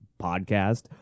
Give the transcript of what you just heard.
podcast